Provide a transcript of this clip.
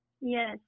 Yes